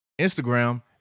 Instagram